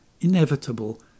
inevitable